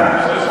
גם.